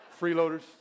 Freeloaders